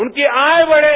उनकी आय बढ़े